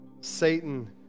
Satan